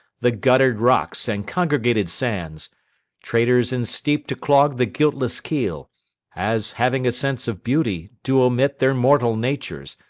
the gutter'd rocks, and congregated sands traitors ensteep'd to clog the guiltless keel as having sense of beauty, do omit their mortal natures,